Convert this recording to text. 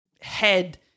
head –